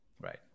right